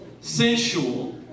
sensual